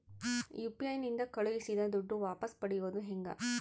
UPI ನಿಂದ ಕಳುಹಿಸಿದ ದುಡ್ಡು ವಾಪಸ್ ಪಡೆಯೋದು ಹೆಂಗ?